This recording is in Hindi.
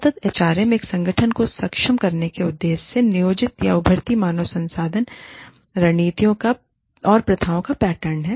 सतत एचआरएम एक संगठन को सक्षम करने के उद्देश्य से नियोजित या उभरती मानव संसाधन रणनीतियों और प्रथाओं का पैटर्न है